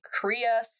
Korea